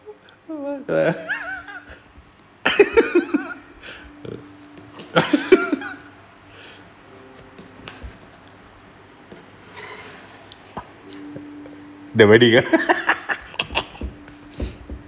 what that wedding ah